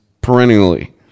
perennially